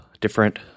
different